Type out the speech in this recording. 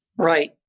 Right